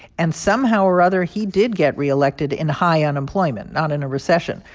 and somehow or other, he did get reelected in high unemployment, not in a recession.